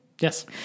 Yes